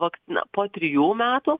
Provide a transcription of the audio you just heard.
vakcina po trijų metų